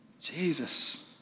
Jesus